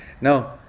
No